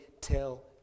tell